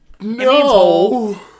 No